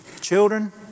children